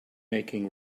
making